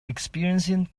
experiencing